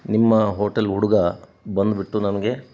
ನಿಮ್ಮ ಹೋಟೆಲ್ ಹುಡುಗ ಬಂದ್ಬಿಟ್ಟು ನಮಗೆ